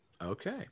okay